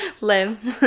Lim